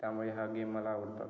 त्यामुळे हा गेम मला आवडतात